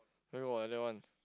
where got like that one